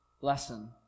lesson